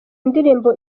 ndirimbo